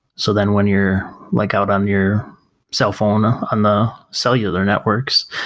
so then when you're like out on your cellphone on the cellular networks,